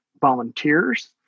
volunteers